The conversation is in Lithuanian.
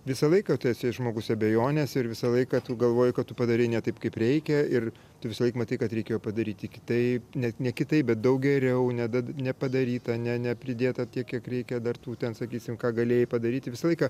visą laiką tu esi žmogus abejonėse ir visą laiką tu galvoji ką tu padarei ne taip kaip reikia ir tu visąlaik matai kad reikėjo padaryti kitaip net ne kitaip bet daug geriau ne nepadaryta ne nepridėta tiek kiek reikia dar tų ten sakysim ką galėjai padaryti visą laiką